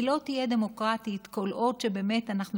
היא לא תהיה דמוקרטית כל עוד באמת אנחנו